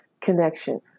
connection